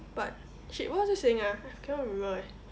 but shit what was I saying ah I cannot remember eh